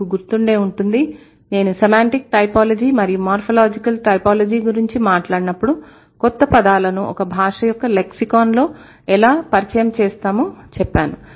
మీకు గుర్తు ఉండే ఉంటుంది నేను సెమాంటిక్ టైపాలజీ మరియు మార్ఫాలాజికల్ టైపాలజీ గురించి మాట్లాడినప్పుడు కొత్త పదాలను ఒక భాష యొక్క లెక్సికన్ లో ఎలా పరిచయం చేస్తామో చెప్పాను